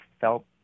felt